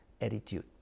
attitude